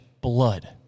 blood